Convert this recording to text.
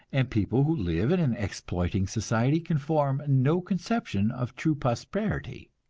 and people who live in an exploiting society can form no conception of true prosperity.